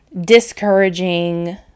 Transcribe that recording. discouraging